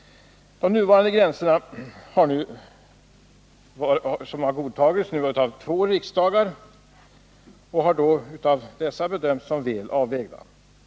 De nuvarande gränserna har godtagits av två riksdagar och bedömts som väl avvägda.